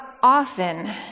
often